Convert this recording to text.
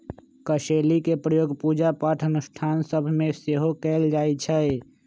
कसेलि के प्रयोग पूजा पाठ अनुष्ठान सभ में सेहो कएल जाइ छइ